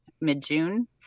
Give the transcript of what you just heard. mid-June